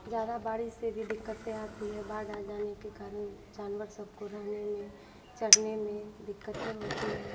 ज़्यादा बारिश से भी दिक़्क़तें आती हैं बाढ़ आ जाने के कार जानवर सब को रहने में चरने में दिक़्क़तें होती हैं